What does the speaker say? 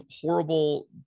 horrible